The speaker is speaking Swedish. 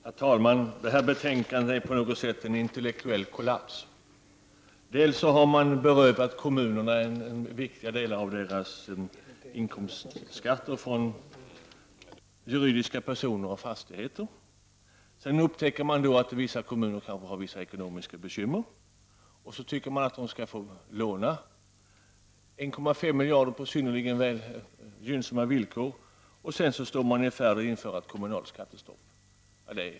Herr talman! Det här betänkandet är på något sätt en intellektuell kollaps. Man har berövat kommunerna viktiga delar av deras inkomstskatter från juridiska personer och fastigheter. Sedan upptäcker man att vissa kommuner har ekonomiska bekymmer. Då tycker man att de skall få låna 1,5 miljarder på synnerligen gynnsamma villkor. Sedan är man i färd med att införa ett kommunalt skattestopp.